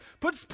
put